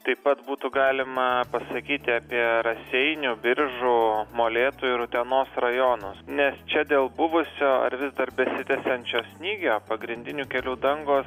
taip pat būtų galima pasakyti apie raseinių biržų molėtų ir utenos rajonus nes čia dėl buvusio ar vis dar besitęsiančio snygio pagrindinių kelių dangos